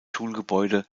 schulgebäude